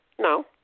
No